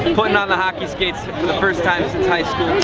putting on the hockey skates for the first time since hight school